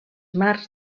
marcs